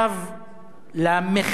למחלף של טייבה